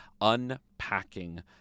unpacking